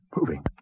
Moving